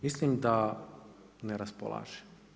Mislim da ne raspolaže.